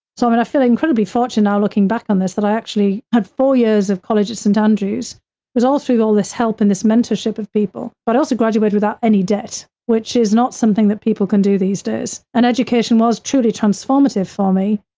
so, i mean, i feel incredibly fortunate now looking back on this, that i actually had four years of colleges at st. andrews was all through all this help in this mentorship of people, but also graduated without any debt, which is not something that people can do these days. and education was truly transformative for me.